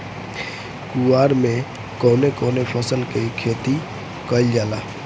कुवार में कवने कवने फसल के खेती कयिल जाला?